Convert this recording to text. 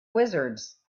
wizards